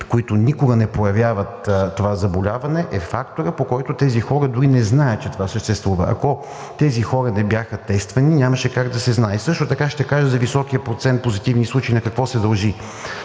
които никога не проявяват това заболяване, е факторът, по който тези хора дори не знаят, че това съществува. Ако тези хора не бяха тествани, нямаше как да се знае. Също така ще кажа високият процент позитивни случаи на какво се дължи.